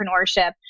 entrepreneurship